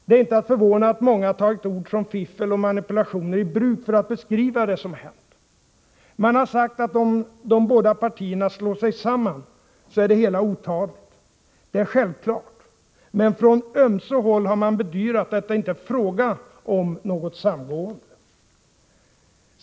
Det är inte att förvåna att många tagit ord som fiffel och manipulationer i bruk för att beskriva det som hänt. Det har sagts att om de båda partierna slår sig samman, så är det hela otadligt. Det är självklart. Men från ömse håll har man bedyrat att det inte är fråga om något samgående.